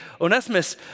Onesimus